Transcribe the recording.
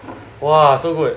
!wah! so good